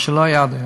מה שלא היה עד היום.